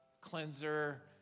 cleanser